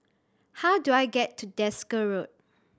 how do I get to Desker Road